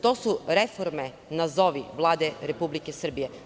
To su reforme, nazovi, Vlade Republike Srbije.